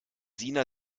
sina